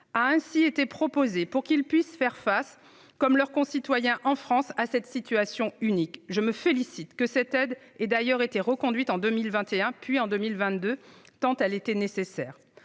a ainsi été proposée pour qu'ils puissent faire face, comme leurs concitoyens en France, à cette situation unique. Je me félicite que cette aide ait d'ailleurs été reconduite en 2021 puis en 2022, tant elle était nécessaire.